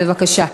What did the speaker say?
בבקשה.